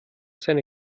seine